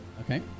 Okay